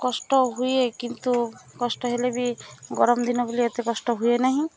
କଷ୍ଟ ହୁଏ କିନ୍ତୁ କଷ୍ଟ ହେଲେ ବି ଗରମ ଦିନ ବୋଲି ଏତେ କଷ୍ଟ ହୁଏ ନାହିଁ